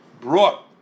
brought